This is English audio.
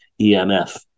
EMF